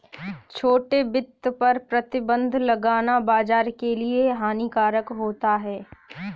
छोटे वित्त पर प्रतिबन्ध लगाना बाज़ार के लिए हानिकारक होता है